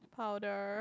powder